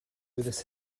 with